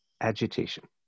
agitation